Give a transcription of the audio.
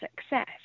success